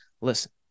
Listen